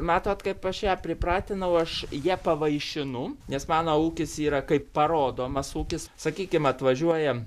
matot kaip aš ją pripratinau aš ja pavaišinu nes mano ūkis yra kaip parodomas ūkis sakykim atvažiuoja